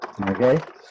okay